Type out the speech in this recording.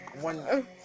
One